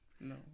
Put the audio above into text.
no